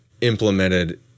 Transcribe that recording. implemented